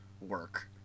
work